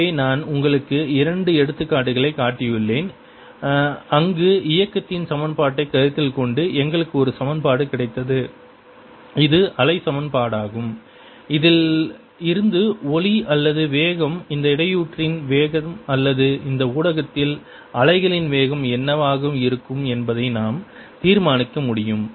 எனவே நான் உங்களுக்கு இரண்டு எடுத்துக்காட்டுகளைக் காட்டியுள்ளேன் அங்கு இயக்கத்தின் சமன்பாட்டைக் கருத்தில் கொண்டு எங்களுக்கு ஒரு சமன்பாடு கிடைத்தது இது அலை சமன்பாடாகும் அதில் இருந்து ஒலி அல்லது வேகம் அந்த இடையூறின் வேகம் அல்லது அந்த ஊடகத்தில் அலைகளின் வேகம் என்னவாக இருக்கும் என்பதை நாம் தீர்மானிக்க முடியும்